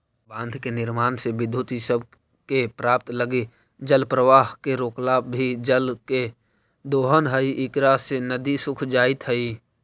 बाँध के निर्माण से विद्युत इ सब के प्राप्त लगी जलप्रवाह के रोकला भी जल के दोहन हई इकरा से नदि सूख जाइत हई